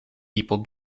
people